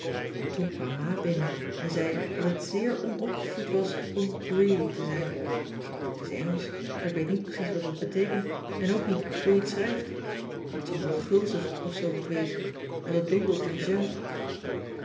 maar toen kwam ma binnen en zei dat het zeer onopgevoed was om greedy te zijn t is engelsch maar ik weet niet precies wat het beteekent en ook niet hoe je t schrijft t zal wel gulzig of zoo wat wezen want het doelde op mijn jam